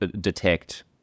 detect